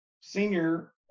senior